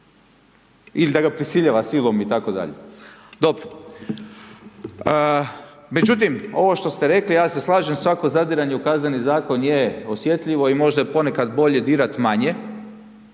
ili da ga prisiljava silom itd.. Dobro, međutim, ovo što ste rekli, ja se slažem svako zadiranje u Kazneni zakon je osjetljivo i možda je ponekad bolje dirati manje